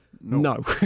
No